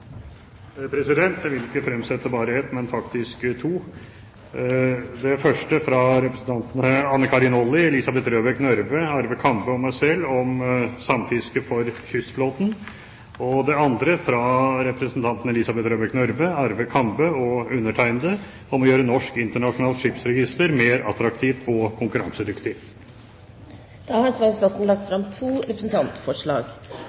Jeg vil ikke fremsette ett, men faktisk to representantforslag. Det første er fra representantene Anne Karin Olli, Elisabeth Røbekk Nørve, Arve Kambe og meg selv om samfiske for kystflåten. Det andre er fra representantene Elisabeth Røbekk Nørve, Arve Kambe og undertegnede om å gjøre Norsk Internasjonalt Skipsregister mer attraktivt og konkurransedyktig. Da har representanten Svein